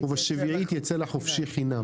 ובשביעית יצא לחופשי חינם".